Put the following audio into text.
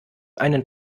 einen